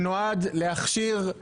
שנועד להכשיר,